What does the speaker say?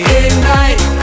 ignite